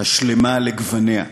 השלמה לגווניה,